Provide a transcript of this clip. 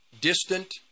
distant